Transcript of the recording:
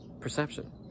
Perception